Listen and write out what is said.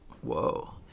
Whoa